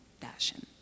fashion